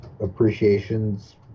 appreciations